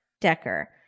Decker